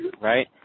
right